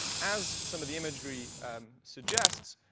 as some of the imagery suggests.